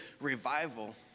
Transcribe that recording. revival